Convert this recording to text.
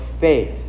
faith